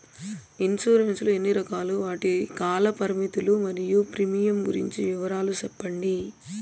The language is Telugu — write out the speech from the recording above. ఇన్సూరెన్సు లు ఎన్ని రకాలు? వాటి కాల పరిమితులు మరియు ప్రీమియం గురించి వివరాలు సెప్పండి?